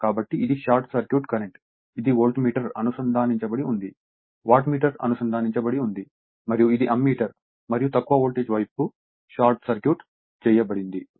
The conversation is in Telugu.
కాబట్టి ఇది షార్ట్ సర్క్యూట్ కరెంట్ ఇది వోల్టమీటర్ అనుసంధానించబడి ఉంది వాట్మీటర్ అనుసంధానించబడి ఉంది మరియు ఇది అమ్మీటర్ మరియు తక్కువ వోల్టేజ్ వైపు షార్ట్ సర్క్యూట్ చేయబడింది